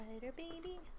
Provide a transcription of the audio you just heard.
baby